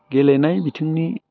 गेलेनाय बिथिंनि